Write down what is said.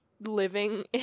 living